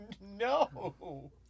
no